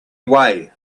way